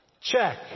check